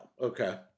Okay